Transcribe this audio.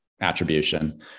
attribution